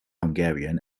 hungarian